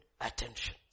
attention